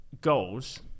goals